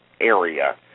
area